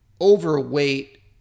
overweight